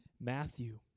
Matthew